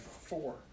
Four